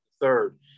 Third